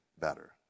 better